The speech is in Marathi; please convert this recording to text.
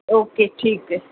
ओके ठीक आहे